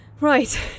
Right